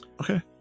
Okay